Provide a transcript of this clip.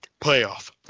playoff